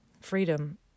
freedom